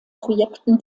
projekten